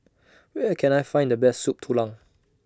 Where Can I Find The Best Soup Tulang